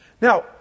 Now